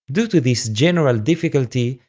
due to this general difficulty,